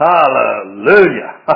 Hallelujah